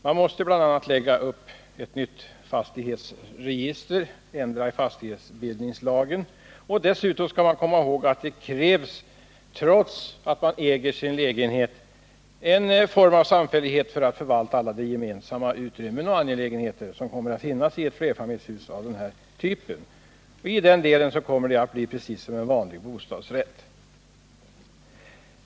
Man måste bl.a. lägga upp ett nytt fastighetsregister och företa ändringar i fastighetsbildningslagen. Dessutom skall vi komma ihåg att det trots att man äger sin lägenhet krävs en form av samfällighet för att förvalta de gemensamma utrymmena och handha de gemensamma angelägenheterna i ett flerfamiljshus av den här typen. I det avseendet kommer det att bli precis som en vanlig bostadsrätt.